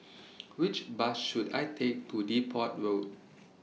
Which Bus should I Take to Depot Road